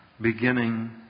beginning